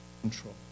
control